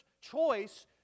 choice